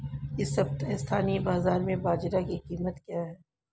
इस सप्ताह स्थानीय बाज़ार में बाजरा की कीमत क्या है?